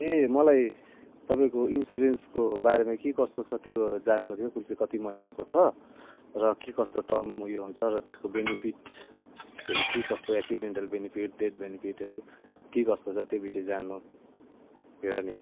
ए मलाई तपाईँको इन्सुरेन्सको बारेमा के कस्तो छ त्यो जान्नु थियो कुन चाहिँ कति महिनाको छ र के कस्तो टर्म उयो हुन्छ र त्यसको बेनिफिटहरू के कस्तो एक्सिडेन्टल बेनिफिट डेत्थ बेनिफिटहरू के कस्तो छ त्यो विषय जान्नु थियो र नि